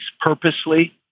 purposely